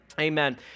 Amen